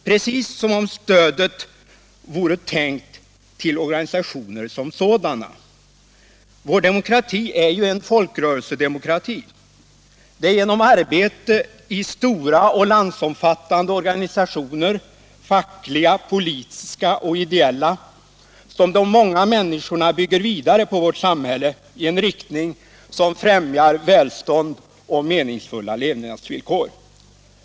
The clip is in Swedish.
Precis som om stödet vore tänkt till organisationer som sådana. Vår demokrati är ju en folkrörelsedemokrati. Det är genom arbete i stora och landsomfattande organisationer, fackliga, politiska och ideella, som de många människorna bygger vidare på vårt samhälle i en riktning som främjar välstånd och meningsfulla levnadsvillkor.